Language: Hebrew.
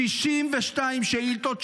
62 שאילתות,